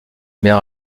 mer